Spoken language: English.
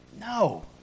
No